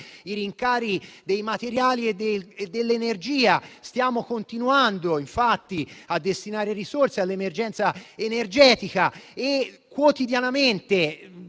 i rincari dei materiali e dell'energia e stiamo continuando a destinare risorse all'emergenza energetica. Quotidianamente,